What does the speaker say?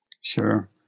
Sure